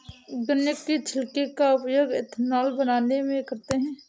गन्ना के छिलके का उपयोग एथेनॉल बनाने में करते हैं